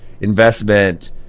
investment